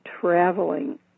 traveling